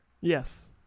yes